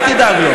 אל תדאג לו.